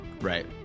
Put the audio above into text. Right